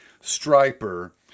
Striper